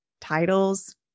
titles